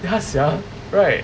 ya sia right